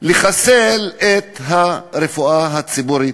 לחסל את הרפואה הציבורית,